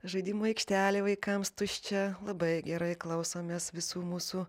žaidimų aikštelė vaikams tuščia labai gerai klausomės visų mūsų